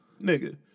Nigga